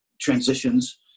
transitions